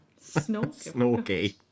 Snorky